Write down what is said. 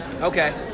Okay